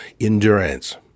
endurance